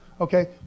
Okay